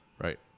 right